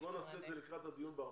אז בואו נעשה את זה לקראת הדיון ב-14,